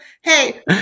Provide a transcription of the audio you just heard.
Hey